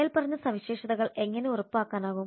മേൽപ്പറഞ്ഞ സവിശേഷതകൾ എങ്ങനെ ഉറപ്പാക്കാനാകും